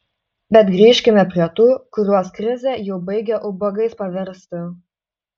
bet grįžkime prie tų kuriuos krizė jau baigia ubagais paversti